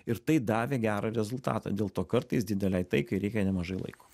ir tai davė gerą rezultatą dėl to kartais didelei taikai reikia nemažai laiko